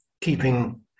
keeping